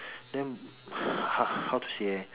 then how to say leh